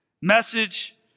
message